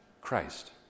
Christ